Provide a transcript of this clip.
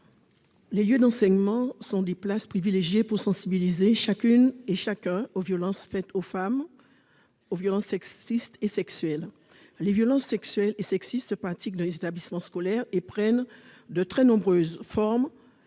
Les lieux d'enseignement sont des places privilégiées pour sensibiliser chacune et chacun aux violences faites aux femmes, aux violences sexistes et sexuelles. Ces violences se pratiquent dans les établissements scolaires et prennent de très nombreuses formes,